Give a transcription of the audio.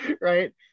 right